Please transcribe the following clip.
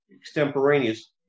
extemporaneous